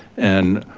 and